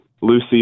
Lucy